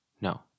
No